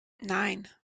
nine